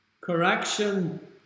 Correction